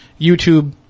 YouTube